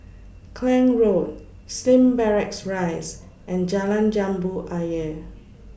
Klang Road Slim Barracks Rise and Jalan Jambu Ayer